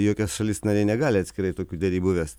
jokia šalis narė negali atskirai tokių derybų vest